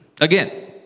Again